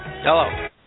Hello